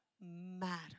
matter